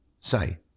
say